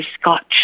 scotch